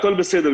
הכול בסדר,